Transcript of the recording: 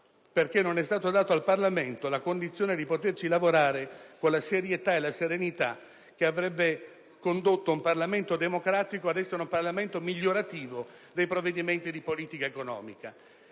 perché non è stata data al Parlamento la possibilità di lavorarci con serietà e serenità, il che avrebbe reso un Parlamento democratico anche un Parlamento migliorativo dei provvedimenti di politica economica.